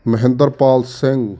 Mahinder Pal Singh